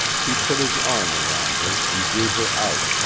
he put his arm around her and drew her out,